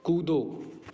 कूदो